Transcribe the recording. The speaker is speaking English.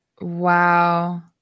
Wow